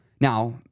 Now